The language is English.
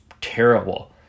terrible